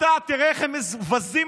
אנחנו מדברים עכשיו באופן אמיתי.